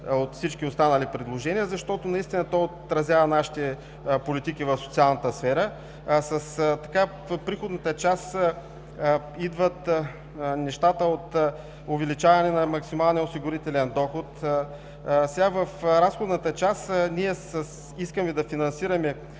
от всички останали, защото наистина то отразява нашите политики в социалната сфера. От приходната част идват нещата – от увеличаване на максималния осигурителен доход. В разходната част ние искаме да финансираме